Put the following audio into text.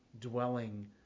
dwelling